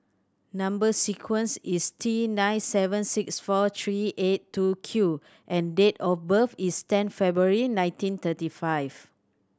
number sequence is T nine seven six four three eight two Q and date of birth is ten February nineteen thirty five